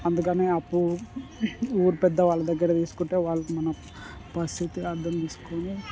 అందుకని అప్పు ఊరు పెద్ద వాళ్ళ దగ్గర తీసుకుంటే వాళ్ళు మన పరిస్థితి అర్థం చేసుకొని